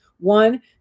one